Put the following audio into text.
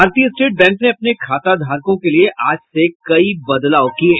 भारतीय state bank ने अपने खाताधारकों के लिये आज से कई बदलाव किये